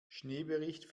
schneebericht